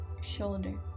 shoulder